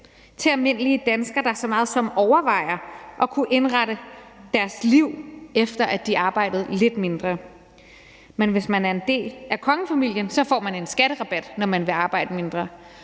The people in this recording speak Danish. til almindelige danskere, der så meget som overvejer at kunne indrette deres liv efter, at de arbejdede lidt mindre. Men hvis man er en del af kongefamilien, får man en skatterabat, når man vil arbejde mindre.